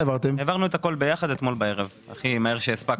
העברנו את הכול ביחד אתמול בערב, הכי מהר שהספקנו.